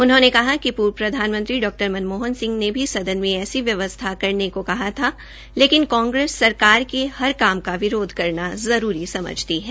उन्होंने कहा कि पर्व प्रधानमंत्री डॉ मनमोहन सिंह ने भी सदन में ऐसी व्यवस्था करने को कहा था कि लेकिन कांग्रेस सरकार के हर काम का विरोध करना जरूरी समझती है